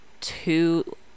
two